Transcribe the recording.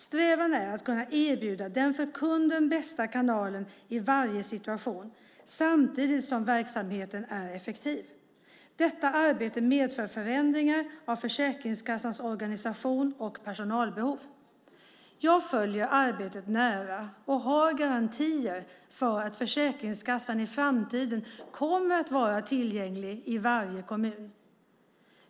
Strävan är att kunna erbjuda den för kunden bästa kanalen i varje situation samtidigt som verksamheten är effektiv. Detta arbete medför förändringar av Försäkringskassans organisation och personalbehov. Jag följer arbetet nära och har garantier för att Försäkringskassan i framtiden kommer att vara tillgänglig i varje kommun.